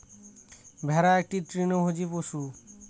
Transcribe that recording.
ভেড়া একটি তৃণভোজী পশু